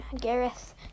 Gareth